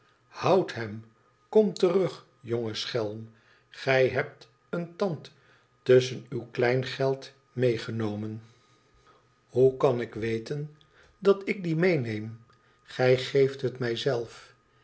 ihoud hem kom terug jonge schelm gij hebt een tand tusschen uw kleingeld meegenomen hoe kan ik weten dat ik dien meeneem gq geeft het